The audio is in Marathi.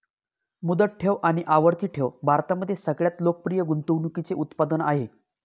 मुदत ठेव आणि आवर्ती ठेव भारतामध्ये सगळ्यात लोकप्रिय गुंतवणूकीचे उत्पादन आहे